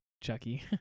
Chucky